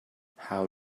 how